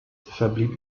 verblieb